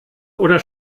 oder